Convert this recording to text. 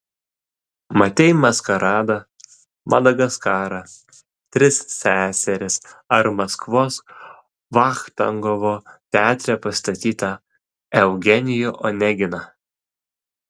matei maskaradą madagaskarą tris seseris ar maskvos vachtangovo teatre pastatytą eugenijų oneginą